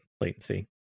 latency